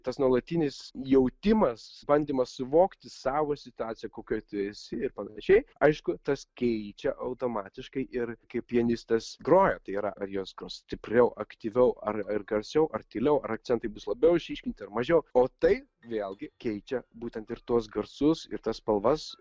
tas nuolatinis jautimas bandymas suvokti savo situaciją kokioj tu esi ir panašiai aišku tas keičia automatiškai ir kaip pianistės groja tai yra ar jos gros stipriau aktyviau ar ar garsiau ar tyliau ar akcentai bus labiau išryškinti ar mažiau o tai vėlgi keičia būtent ir tuos garsus ir tas spalvas